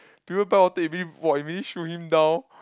people buy water immediately !wah! immediately shoot him down